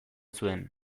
zuen